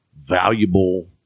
valuable